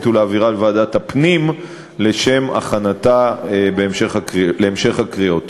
ולהעבירה לוועדת הפנים לשם הכנתה להמשך הקריאות.